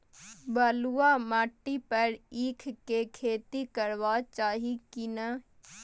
बलुआ माटी पर ईख के खेती करबा चाही की नय?